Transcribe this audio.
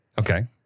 Okay